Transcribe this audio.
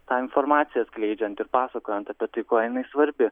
tą informaciją atskleidžiant pasakojant apie tai kuo jinai svarbi